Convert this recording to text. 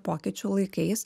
pokyčių laikais